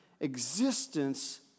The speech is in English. existence